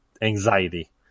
anxiety